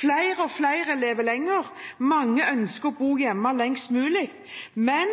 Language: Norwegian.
flere lever lenger. Mange ønsker å bo hjemme lengst mulig. Men